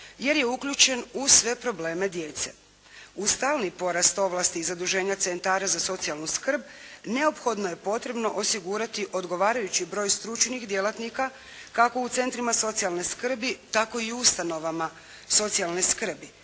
jer uključen u sve probleme djece. Uz stalni porast ovlasti i zaduženja centara za socijalnu skrb neophodno je potrebno osigurati odgovarajući broj stručnih djelatnika, kao u centrima socijalne skrbi tako i u ustanovama socijalne skrbi.